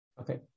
okay